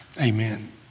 Amen